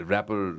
Rapper